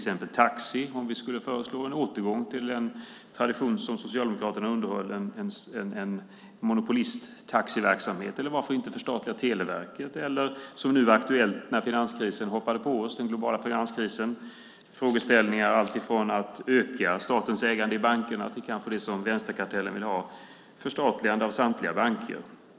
Interpellanten nämnde taxi - vi kanske skulle föreslå en återgång till en tradition som Socialdemokraterna underhöll, en monopolisttaxiverksamhet. Varför inte förstatliga vårt televerk, eller det som blev aktuellt när den globala finanskrisen hoppade på oss - frågeställningar alltifrån att öka statens ägande i bankerna till det som vänsterkartellen vill ha - ett förstatligande av samtliga banker?